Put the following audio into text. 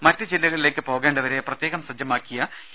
മറ്റു ജില്ലകളിലേക്ക് പോകേണ്ടവരെ പ്രത്യേകം സജ്ജമാക്കിയ കെ